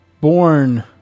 born